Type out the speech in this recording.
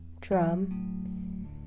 drum